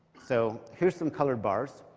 so here's some colored bars.